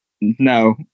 No